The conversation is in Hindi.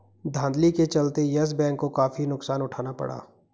धांधली के चलते यस बैंक को काफी नुकसान उठाना पड़ा